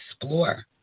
explore